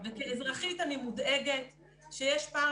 כאזרחית אני מודאגת שיש פער.